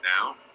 now